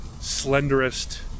slenderest